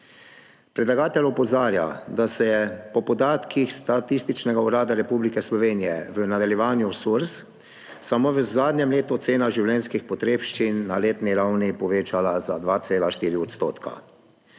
Predlagatelj opozarja, da se je po podatkih Statističnega urada Republike Slovenije, v nadaljevanju SURS, samo v zadnjem letu ocena življenjskih potrebščin na letni ravni povečala za 2,4 %.